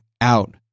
out